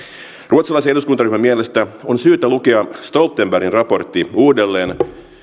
ruotsalaisen eduskuntaryhmän mielestä on syytä lukea stoltenbergin raportti uudelleen